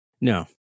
No